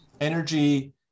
energy